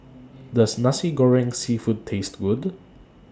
Does Nasi Goreng Seafood Taste Good